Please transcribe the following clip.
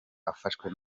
afashwe